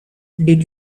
did